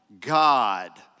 God